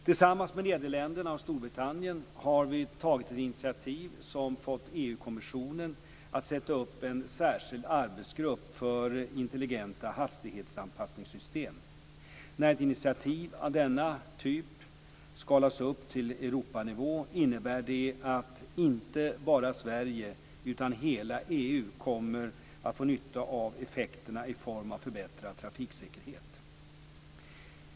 Tillsammans med Nederländerna och Storbritannien har vi tagit ett initiativ som fått EU kommissionen att sätta upp en särskild arbetsgrupp för intelligenta hastighetsanpassningssystem. När ett initiativ av denna typ skalas upp till Europanivå innebär det att inte bara Sverige utan hela EU kommer att få nytta av effekterna i form av förbättrad trafiksäkerhet.